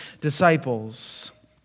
disciples